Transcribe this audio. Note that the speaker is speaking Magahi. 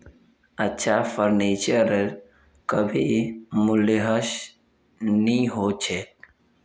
अच्छा फर्नीचरेर कभी मूल्यह्रास नी हो छेक